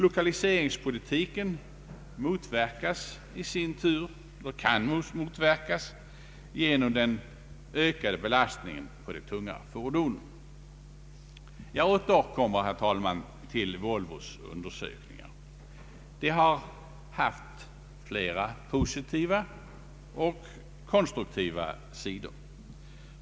Lokaliseringspolitiken kan i sin tur motverkas genom den ökade belastningen på de tunga fordonen. Jag återkommer, herr talman, till Volvos undersökningar. De har haft flera positiva och konstruktiva sidor.